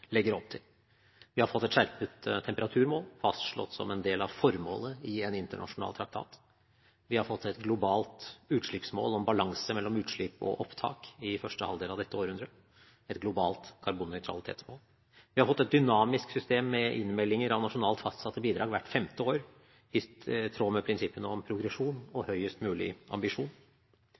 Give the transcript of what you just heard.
legger opp til. Vi har fått et skjerpet temperaturmål, fastslått som en del av formålet i en internasjonal traktat. Vi har fått et globalt utslippsmål om balanse mellom utslipp og opptak i første halvdel av dette århundret, et globalt karbonnøytralitetsmål. Vi har fått et dynamisk system med innmeldinger av nasjonalt fastsatte bidrag hvert femte år, i tråd med prinsippene om progresjon og høyest mulig ambisjon.